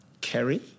Kerry